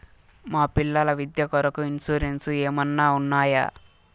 మా పిల్లల విద్య కొరకు ఇన్సూరెన్సు ఏమన్నా ఉన్నాయా?